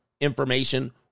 information